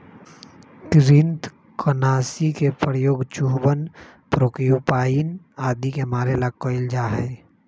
कृन्तकनाशी के प्रयोग चूहवन प्रोक्यूपाइन आदि के मारे ला कइल जा हई